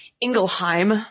Ingelheim